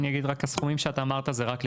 אני אגיד, רק הסכומים שאתה אמרת זה רק לקשישים,